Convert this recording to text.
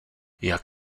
jak